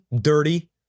dirty